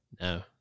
No